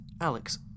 Alex